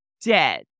dead